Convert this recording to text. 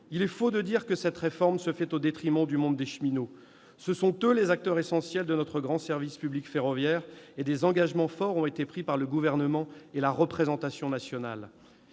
Il est faux de dire que cette réforme se fait au détriment du monde des cheminots. Ce sont eux les acteurs essentiels de notre grand service public ferroviaire, et des engagements forts ont été pris par le Gouvernement et la représentation nationale.